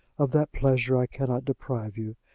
of that pleasure i cannot deprive you.